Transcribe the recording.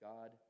God